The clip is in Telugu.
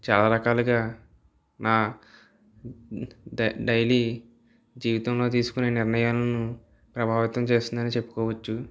చాలా రకాలుగా నా డై డైలీ జీవితంలో తీసుకునే నిర్ణయాలను ప్రభావితం చేస్తుందని చెప్పుకోవచ్చు